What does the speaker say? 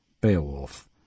Beowulf